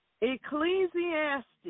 Ecclesiastes